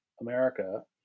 America